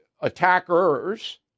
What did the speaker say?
attackers